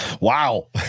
Wow